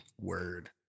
Word